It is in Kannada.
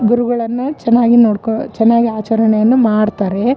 ಗುರುಗಳನ್ನು ಚೆನ್ನಾಗಿ ನೋಡ್ಕೋ ಚೆನ್ನಾಗಿ ಆಚರಣೆಯನ್ನು ಮಾಡ್ತಾರೆ